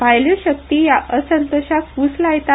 भायल्यो शक्ती हया असंतोशाक फूस लायतात